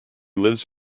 lives